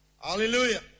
Hallelujah